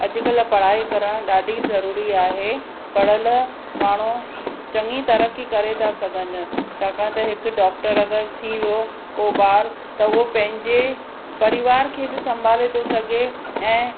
अॼुकल्ह पढ़ाई करण ॾाढी ज़रूरी आहे पढ़ियलु माण्हू चङी तरक़ी करे था सघनि छाकाणि त हिकु डॉक्टर अगरि थी वियो को ॿार त उहो पंहिंजे परिवार खे बि संभाले थो सघे ऐं